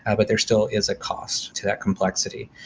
ah but there still is a cost to that complexity.